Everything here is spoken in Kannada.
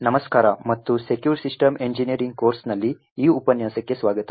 ನಮಸ್ಕಾರ ಮತ್ತು ಸೆಕ್ಯೂರ್ ಸಿಸ್ಟಮ್ ಎಂಜಿನಿಯರಿಂಗ್ ಕೋರ್ಸ್ನಲ್ಲಿ ಈ ಉಪನ್ಯಾಸಕ್ಕೆ ಸ್ವಾಗತ